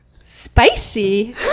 spicy